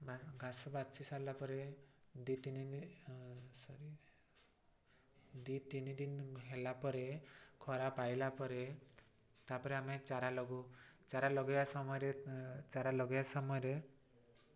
ଘାସ ବାଛି ସାରିଲା ପରେ ଦୁଇ ତିନି ସରି ଦୁଇ ତିନି ଦିନ ହେଲା ପରେ ଖରା ପାଇଲା ପରେ ତା'ପରେ ଆମେ ଚାରା ଲଗାଉ ଚାରା ଲଗାଇବା ସମୟରେ ଚାରା ଲଗାଇବା ସମୟରେ